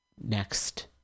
next